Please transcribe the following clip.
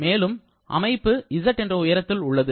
மேலும் அமைப்பு z என்ற உயரத்தில் உள்ளது